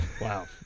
Wow